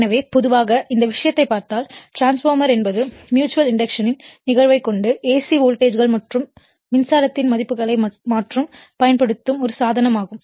எனவே பொதுவாக இந்த விஷயத்தை பார்த்தால் டிரான்ஸ்பார்மர் என்பது ம்யூச்சுவல் இண்டக்டன்ஸ் ன் நிகழ்வை கொண்டு AC வோல்டேஜ்கள் மற்றும் மின்சாரத்தின் மதிப்புகளை மாற்ற பயன்படுத்தும் ஒரு சாதனம் ஆகும்